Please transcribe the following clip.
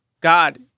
god